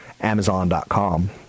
Amazon.com